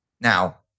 Now